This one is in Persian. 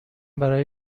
برا